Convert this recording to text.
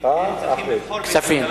אז כספים.